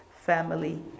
family